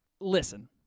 Listen